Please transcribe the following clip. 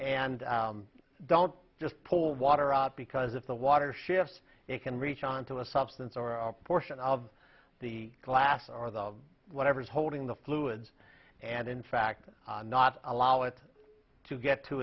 and don't just pull water out because if the water shifts it can reach on to a substance or a portion of the glass or the whatever is holding the fluids and in fact not allow it to get to